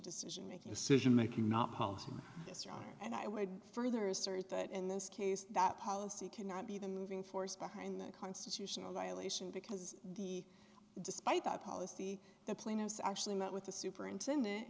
decision making decision making not policy and i would further assert that in this case that policy cannot be the moving force behind the constitutional violation because the despite that policy the plaintiffs actually met with the superintendent